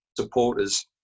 supporters